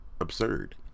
absurd